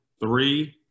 three